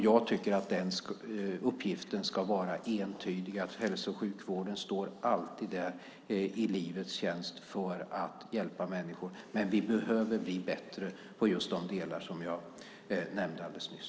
Jag tycker att den uppgiften ska vara entydig, att hälso och sjukvården alltid står i livets tjänst för att hjälpa människor. Men vi behöver bli bättre på just de delar som jag nämnde alldeles nyss.